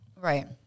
right